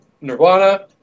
Nirvana